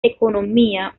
economía